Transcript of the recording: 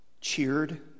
cheered